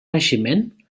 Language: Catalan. naixement